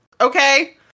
Okay